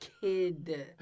kid